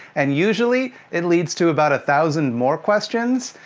and usually it leads to about a thousand more questions.